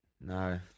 No